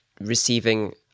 receiving